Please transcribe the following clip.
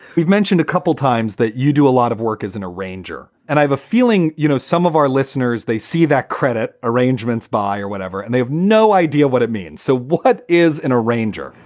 we've mentioned a couple times that you do a lot of work as an arranger. and i have a feeling, you know, some of our listeners, they see that credit arrangements by or whatever and they have no idea what it means. so what is an arranger?